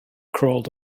crawled